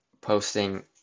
Posting